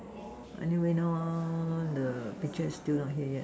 anyway now ah the picture is still not here yet